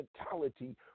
mentality